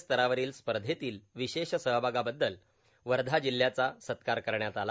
स्तरावरील स्पर्धेतील विशेष सहभागाबद्दल वर्धा जिल्ह्याचा सत्कार करण्यात आला